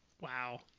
Wow